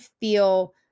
feel